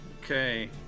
Okay